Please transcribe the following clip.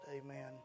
Amen